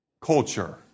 culture